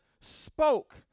spoke